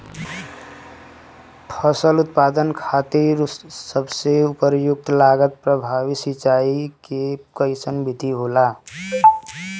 फसल उत्पादन खातिर सबसे उपयुक्त लागत प्रभावी सिंचाई के कइसन विधि होला?